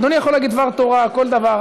אדוני יכול להגיד דבר תורה או כל דבר,